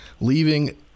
leaving